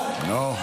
לא,